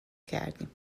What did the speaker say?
کردیم